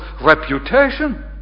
reputation